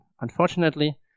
unfortunately